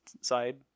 side